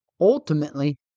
Ultimately